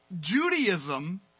Judaism